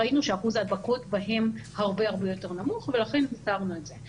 ראינו שאחוז ההדבקות בהם הרבה-הרבה יותר נמוך ולכן הסרנו את זה.